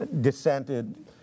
dissented